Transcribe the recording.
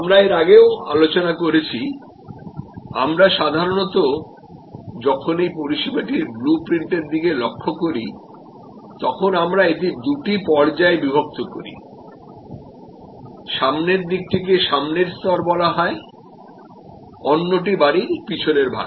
আমরা এর আগেও আলোচনা করেছি আমরা সাধারণত যখন এই পরিষেবাটির ব্লু প্রিন্টের দিকে লক্ষ্য করি তখন আমরা এটি দুটি পর্যায়ে বিভক্ত করি সামনের দিকটিকে সামনের স্তর বলা হয় অন্যটি বাড়ির পিছনের ভাগ